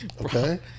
Okay